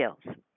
skills